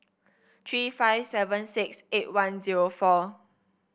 three five seven six eight one zero four